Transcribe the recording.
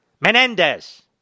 Menendez